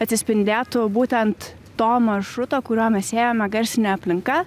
atsispindėtų būtent to maršruto kuriuo mes ėjome garsinė aplinka